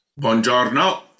Buongiorno